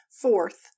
Fourth